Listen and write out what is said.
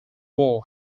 war